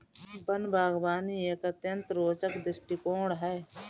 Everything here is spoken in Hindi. वन बागवानी एक अत्यंत रोचक दृष्टिकोण है